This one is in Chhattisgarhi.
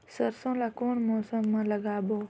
सरसो ला कोन मौसम मा लागबो?